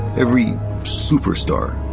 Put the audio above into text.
every superstar.